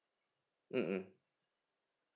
mm mm